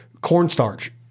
cornstarch